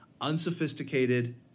unsophisticated